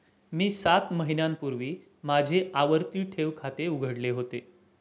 मी सात महिन्यांपूर्वी माझे आवर्ती ठेव खाते उघडले होते